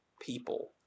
people